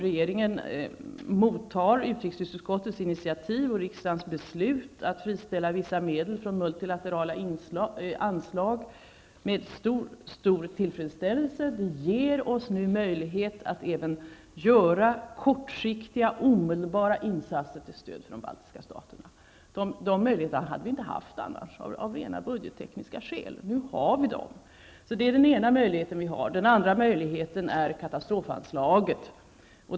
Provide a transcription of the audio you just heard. Regeringen mottager utrikesutskottets initiativ och riksdagens beslut att friställa vissa medel från multilaterala anslag med stor tillfredsställelse. Det ger oss nu möjlighet att även göra kortsiktiga, omedelbara insatser till stöd för de baltiska staterna. Den möjligheten hade vi inte haft annars, av rent budgettekniska skäl. Detta är den ena möjligheten vi har. Den andra möjligheten är katastrofanslaget.